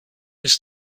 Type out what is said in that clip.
ist